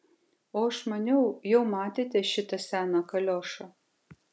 o aš maniau jau metėte šitą seną kaliošą